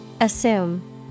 Assume